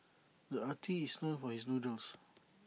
the artist is known for his doodles